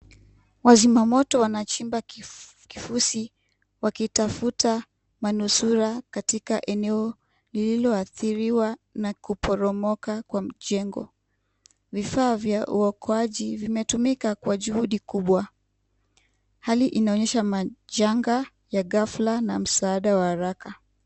Wazima moto wanachimba kifusi wakitafuta manusura katika eneo lililaodhiriwa na kuporomoka kwa mjengo. Vifaa vya uokoaji vimetumika kwa juhudi kubwa. Hali inaonyesha majanga ya gafla na msaada wa haraka.